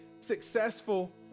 successful